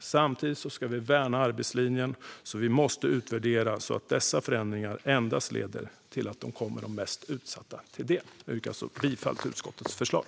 Samtidigt ska vi värna arbetslinjen. Därför måste vi utvärdera detta, så att dessa förändringar endast kommer de mest utsatta till del. Jag yrkar bifall till utskottets förslag.